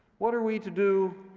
what are we to do